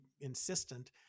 insistent